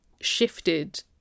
shifted